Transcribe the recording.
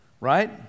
Right